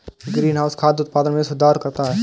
greenhouse खाद्य उत्पादन में सुधार करता है